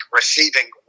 receiving